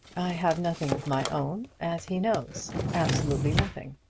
i have nothing of my own as he knows absolutely nothing.